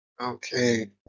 Okay